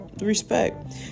respect